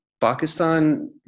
Pakistan